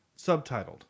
subtitled